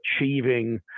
achieving